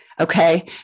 okay